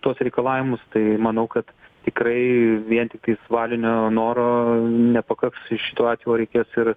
tuos reikalavimus tai manau kad tikrai vien tiktais valinio noro nepakaks šituo atveju reikės ir